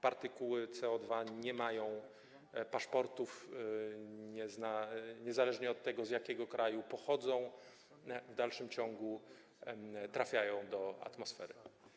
Partykuły CO2 nie mają paszportów i niezależnie od tego, z jakiego kraju pochodzą, w dalszym ciągu trafiają do atmosfery.